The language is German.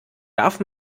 darf